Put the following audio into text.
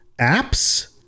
apps